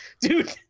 Dude